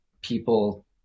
people